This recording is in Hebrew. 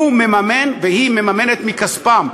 הוא מממן והיא מממנת מכספם.